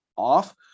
off